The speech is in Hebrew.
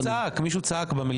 מישהו צעק במליאה.